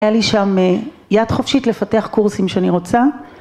היה לי שם יד חופשית לפתח קורסים שאני רוצה